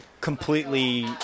completely